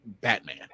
Batman